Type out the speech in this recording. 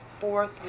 fourth